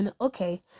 okay